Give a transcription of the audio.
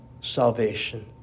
salvation